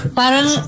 parang